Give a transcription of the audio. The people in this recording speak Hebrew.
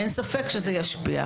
אין ספק שזה ישפיע.